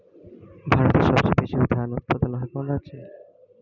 ভারতের সবচেয়ে বেশী ধান উৎপাদন হয় কোন রাজ্যে?